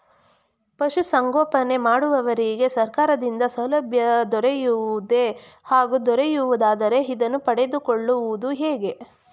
ಪಶುಸಂಗೋಪನೆ ಮಾಡುವವರಿಗೆ ಸರ್ಕಾರದಿಂದ ಸಾಲಸೌಲಭ್ಯ ದೊರೆಯುವುದೇ ಹಾಗೂ ದೊರೆಯುವುದಾದರೆ ಇದನ್ನು ಪಡೆದುಕೊಳ್ಳುವುದು ಹೇಗೆ?